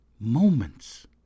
Moments